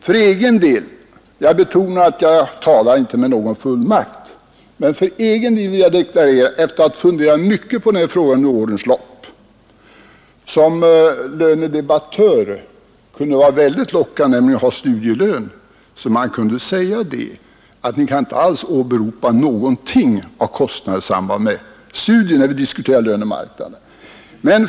För egen del — jag betonar att jag inte talar med någon fullmakt — vill jag efter att ha funderat mycket på denna fråga under årens lopp deklarera att för en lönedebattör kunde det vara väldigt lockande att ha studielön, så man kunde säga: Ni kan inte alls åberopa någonting i fråga om kostnader i samband med studier när vi diskuterar lönemarknaden.